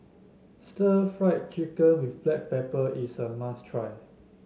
stir Fry Chicken with Black Pepper is a must try